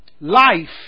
life